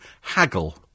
haggle